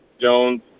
Jones